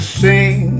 sing